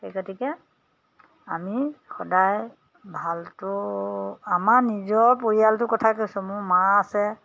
সেই গতিকে আমি সদায় ভালটো আমাৰ নিজৰ পৰিয়ালটো কথা কৈছোঁ মোৰ মা আছে